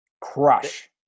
Crush